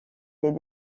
des